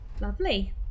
Lovely